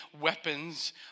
weapons